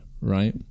Right